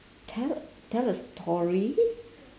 tell tell a story